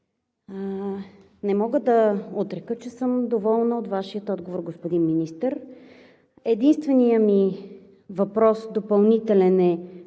Не мога да отрека, че съм доволна от Вашия отговор, господин Министър. Единственият ми допълнителен